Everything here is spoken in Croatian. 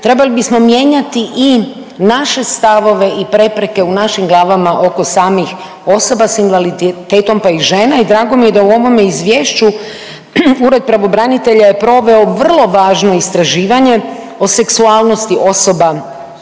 trebali bismo mijenjati i naše stavove i prepreke u našim glavama oko samih osoba s invaliditetom pa i žena. I drago mi je da i u ovome izvješću ured pravobranitelja je proveo vrlo važno istraživanje o seksualnosti osoba